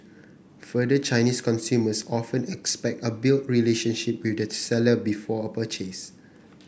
further Chinese consumers often expect a build relationship with the seller before a purchase